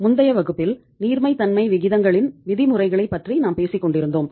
முந்தைய வகுப்பில் நீர்மைத்தன்மை விகிதங்களின் விதிமுறைகளைப் பற்றி நாம் பேசிக் கொண்டிருந்தோம்